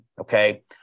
Okay